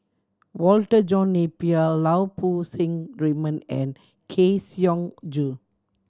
Walter John Napier Lau Poo Seng Raymond and Kang Siong Joo